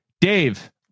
Dave